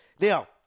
Now